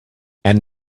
and